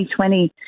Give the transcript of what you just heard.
2020